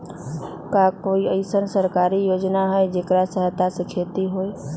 का कोई अईसन सरकारी योजना है जेकरा सहायता से खेती होय?